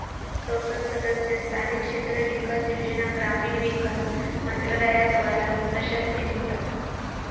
संसद सदस्य स्थानिक क्षेत्र विकास योजना ग्रामीण विकास मंत्रालयाद्वारा प्रशासित होता